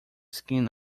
skin